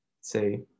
say